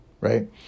right